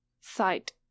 site